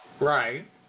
right